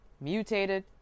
mutated